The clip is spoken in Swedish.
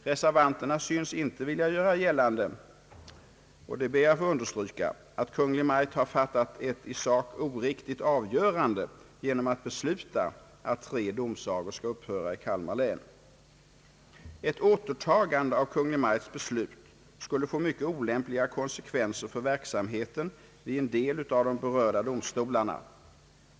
Reservanterna synes inte vilja göra gällande — det ber jag att få understryka — att Kungl. Maj:t har fattat ett i sak oriktigt avgörande genom att besluta, att tre domsagor skall upphöra i Kalmar län. Ett återtagande av Kungl. Maj:ts beslut skulle få mycket olämpliga konsekvenser för verksamheten vid en del av de berörda domstolarna.